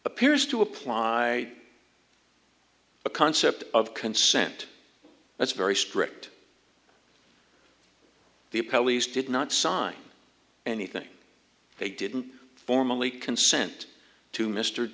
appears to apply the concept of consent it's very strict the pelleas did not sign anything they didn't formally consent to mr